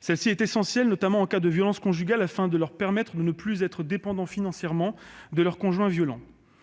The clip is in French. Cette garantie est essentielle, notamment en cas de violences conjugales : grâce à elle, les femmes ne seront plus dépendantes financièrement de leur conjoint violent.